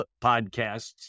podcasts